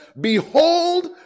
behold